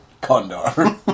condor